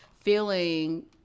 feeling